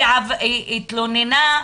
היא התלוננה,